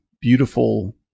beautiful